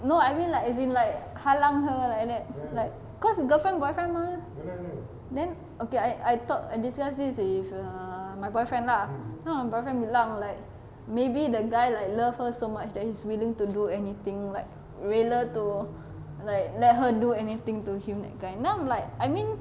no I mean like as in like halang her like like like cause girlfriend boyfriend mah then okay I I talk I discuss this with err my boyfriend lah my boyfriend bilang like maybe the guy like love her so much that he is willing to do anything like rela to like let her do anything to him that kind then I am like I mean